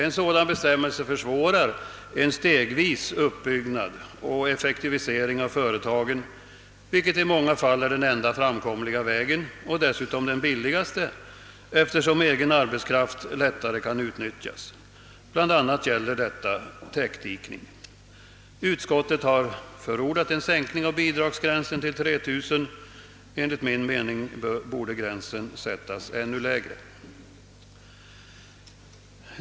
En sådan bestämmelse försvårar en stegvis uppbyggnad och effektivisering av företagen — i många fall den enda framkomliga vägen och dessutom den billigaste, eftersom egen arbetskraft lättare kan utnyttjas. Bl.a. gäller detta täckdikning. Utskottet har förordat en sänkning av bidragsgränsen till 3 000 kronor. Enligt min mening borde gränsen sättas ännu lägre.